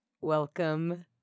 Welcome